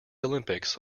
olympics